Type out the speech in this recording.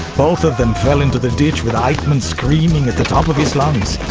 both of them fell into the ditch with eichmann screaming at the top of his lungs.